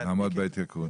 --- לעמוד בהתייקרות.